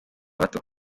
bato